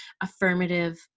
affirmative